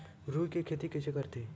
रुई के खेती कइसे करथे?